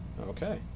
Okay